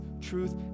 truth